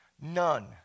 none